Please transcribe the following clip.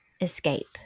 escape